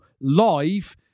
live